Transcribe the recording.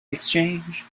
exchange